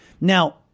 Now